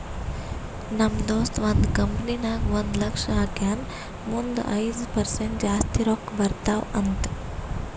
ನಮ್ ದೋಸ್ತ ಒಂದ್ ಕಂಪನಿ ನಾಗ್ ಒಂದ್ ಲಕ್ಷ ಹಾಕ್ಯಾನ್ ಮುಂದ್ ಐಯ್ದ ಪರ್ಸೆಂಟ್ ಜಾಸ್ತಿ ರೊಕ್ಕಾ ಬರ್ತಾವ ಅಂತ್